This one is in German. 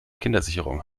kindersicherung